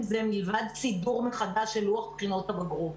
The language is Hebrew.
זה מלבד סידור מחדש של לוח בחינות הבגרות.